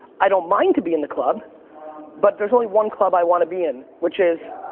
i don't mind to be in the club but there's only one club i wanna be in which is,